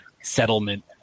settlement